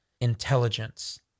intelligence